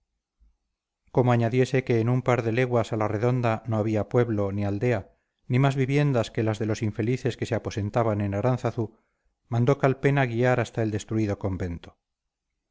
como añadiese que en un par de leguas a la redonda no había pueblo ni aldea ni más viviendas que las de los infelices que se aposentaban en aránzazu mandó calpena guiar hasta el destruido convento